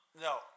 No